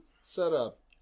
setup